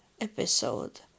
episode